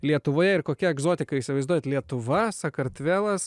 lietuvoje ir kokia egzotika įsivaizduojat lietuva sakartvelas